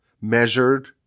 measured